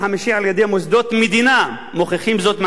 מוסדות מדינה מוכיחים זאת מעל לכל ספק.